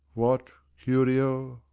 what, curio?